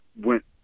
went